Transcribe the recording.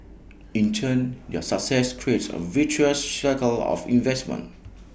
in turn their success creates A virtuous cycle of investments